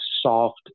soft